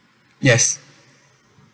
yes